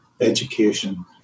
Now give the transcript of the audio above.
education